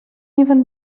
even